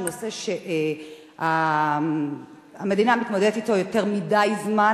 הוא נושא שהמדינה מתמודדות אתו יותר מדי זמן.